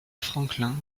franklin